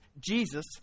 Jesus